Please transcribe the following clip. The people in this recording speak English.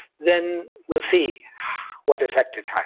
then we'll see what effect it has.